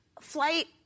flight